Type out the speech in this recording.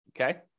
okay